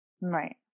right